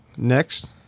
Next